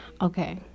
okay